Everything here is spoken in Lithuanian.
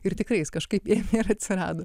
ir tikrai jis kažkaip ėmė ir atsirado